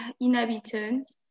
inhabitants